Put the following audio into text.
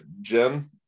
Jen